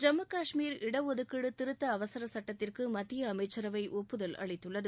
ஜம்மு காஷ்மீர் இடஒதுக்கீடு திருத்த அவசரச் சட்டத்திற்கு மத்திய அமைச்சரவை ஒப்புதல் அளித்துள்ளது